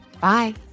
Bye